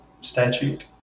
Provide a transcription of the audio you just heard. statute